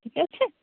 ঠিক আছে